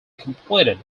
competed